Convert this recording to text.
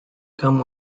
come